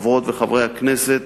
חברות וחברי הכנסת,